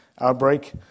outbreak